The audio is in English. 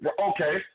Okay